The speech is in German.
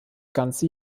ganze